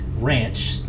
ranch